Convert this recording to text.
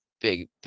big